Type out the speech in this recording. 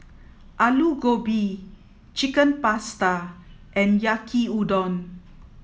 Alu Gobi Chicken Pasta and Yaki udon